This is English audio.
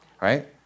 Right